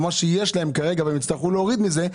אבל מה יש להם כרגע והם יצטרכו להוריד מזה,